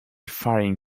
firing